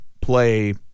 play